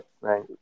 Right